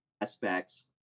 aspects